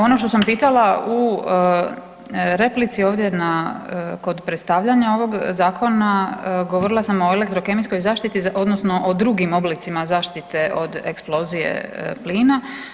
Ono što sam pitala u replici ovdje na, kod predstavljanja ovog zakona govorila sam o elektrokemijskoj zaštiti odnosno o drugim oblicima zaštite od eksplozije plina.